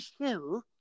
show